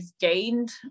gained